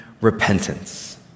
repentance